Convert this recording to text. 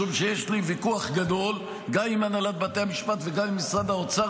משום שיש לי ויכוח גדול גם עם הנהלת בתי המשפט וגם עם משרד האוצר